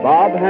Bob